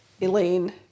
Elaine